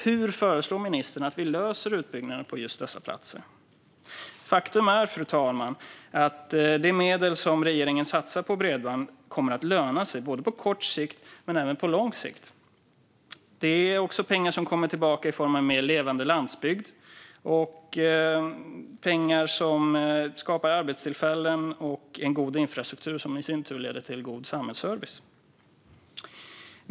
Hur föreslår ministern att vi löser utbyggnaden på just dessa platser? Faktum är, fru talman, att de medel som regeringen satsar på bredband kommer att löna sig, på kort sikt men även på lång sikt. Det är också pengar som kommer tillbaka i form av mer levande landsbygd. De skapar arbetstillfällen och en god infrastruktur, som i sin tur leder till god samhällsservice.